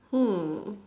hmm